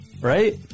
right